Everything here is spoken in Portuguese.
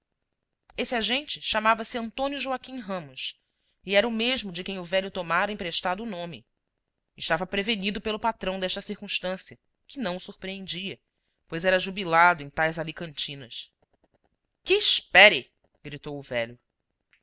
esse agente chamava-se antônio joaquim ramos e era o mesmo de quem o velho tomara emprestado o nome estava prevenido pelo patrão desta circunstância que não o surpreendia pois era jubilado em tais alicantinas que espere gritou o velho